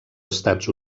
estats